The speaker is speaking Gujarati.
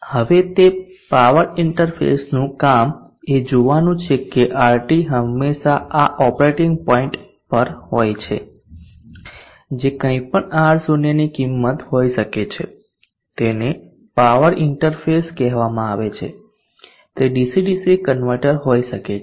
હવે તે પાવર ઇન્ટરફેસનું કામ એ જોવાનું છે કે RT હંમેશાં આ ઓપરેટિંગ પોઈન્ટ પર હોય છે જે કંઈપણ R0 ની કિંમત હોઈ શકે છે તેને પાવર ઇન્ટરફેસ કહેવામાં આવે છે તે ડીસી ડીસી કન્વર્ટર હોઈ શકે છે